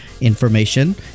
information